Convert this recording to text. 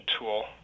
tool